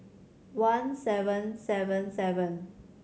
one seven seven seven